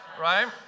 right